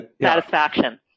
satisfaction